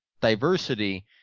diversity